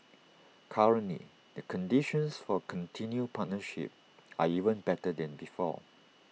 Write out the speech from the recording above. currently the conditions for A continued partnership are even better than before